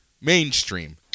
Mainstream